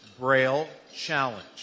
BrailleChallenge